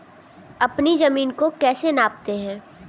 अपनी जमीन को कैसे नापते हैं?